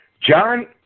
John